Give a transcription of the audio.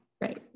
right